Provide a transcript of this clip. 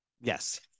Yes